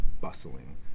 bustling